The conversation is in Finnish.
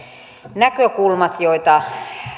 näkökulmat joita